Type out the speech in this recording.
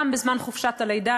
גם בזמן חופשת הלידה,